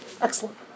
Excellent